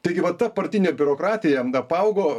taigi va ta partinė biurokratija apaugo